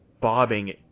bobbing